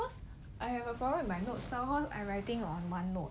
K cause I have a problem with my notes so I'm writing one one note